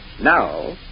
Now